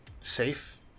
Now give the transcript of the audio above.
safe